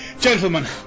Gentlemen